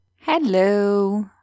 Hello